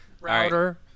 Router